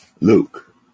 Luke